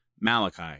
Malachi